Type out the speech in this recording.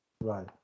Right